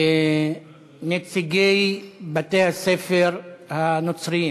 נציגי בתי-הספר הנוצריים.